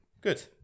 Good